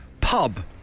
Pub